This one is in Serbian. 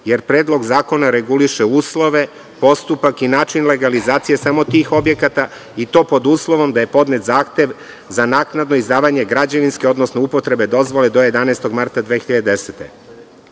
jer Predlog zakona reguliše uslove, postupak i način legalizacije samo tih objekata, i to pod uslovom da je podnet zahtev za naknadno izdavanje građevinske, odnosno upotrebne dozvole do 11. marta 2010.